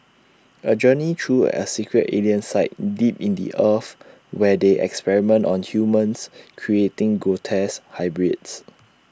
A journey through A secret alien site deep in the earth where they experiment on humans creating grotesque hybrids